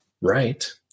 right